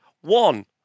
one